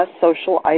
social